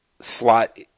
Slot